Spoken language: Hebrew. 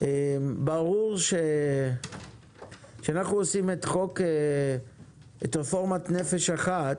ברור שכשאנחנו עושים את רפורמת נפש אחת